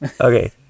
Okay